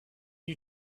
you